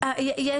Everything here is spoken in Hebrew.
תראה,